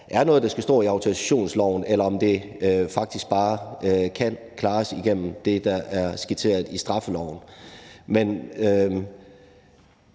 er noget, der skal stå i autorisationsloven, eller om det faktisk bare kan klares igennem det, der er skitseret i straffeloven. Men